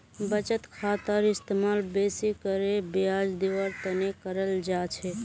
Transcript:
बचत खातार इस्तेमाल बेसि करे ब्याज दीवार तने कराल जा छे